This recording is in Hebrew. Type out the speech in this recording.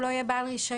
הוא לא יהיה בעל רישיון.